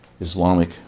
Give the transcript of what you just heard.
Islamic